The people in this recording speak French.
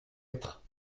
être